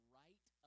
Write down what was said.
right